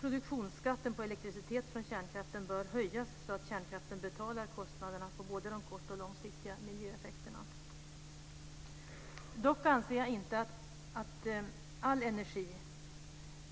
Produktionsskatten på elektricitet från kärnkraften bör höjas så att kärnkraften betalar kostnaderna på både kort och långsiktiga miljöeffekter. Dock anser jag inte att all energi